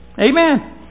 Amen